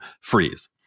freeze